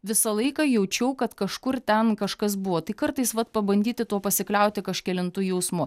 visą laiką jaučiau kad kažkur ten kažkas buvo tai kartais pabandyti tuo pasikliauti kažkelintu jausmu